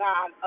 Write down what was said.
God